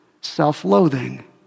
self-loathing